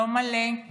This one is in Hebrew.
לא מלא,